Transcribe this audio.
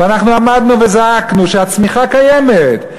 ואנחנו עמדנו וזעקנו שהצמיחה קיימת,